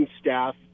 staff